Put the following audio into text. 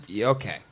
Okay